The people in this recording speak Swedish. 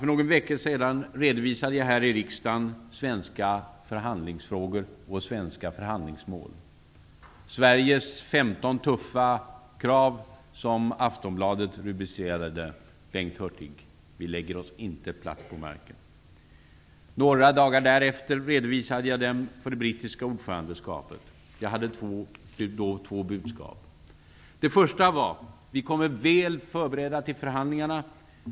För någon vecka sedan redovisade jag här i riksdagen svenska förhandlingsfrågor och svenska förhandlingsmål, nämligen Sveriges femton tuffa krav, som Aftonbladet rubricerade dem. Bengt Hurtig, vi lägger oss inte platt på marken. Några dagar därefter redovisade jag dem för det brittiska ordförandeskapet. Jag hade då två budskap. Det första budskapet var att vi kommer väl förberedda till förhandlingarna.